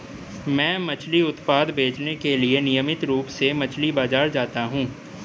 मैं मछली उत्पाद बेचने के लिए नियमित रूप से मछली बाजार जाता हूं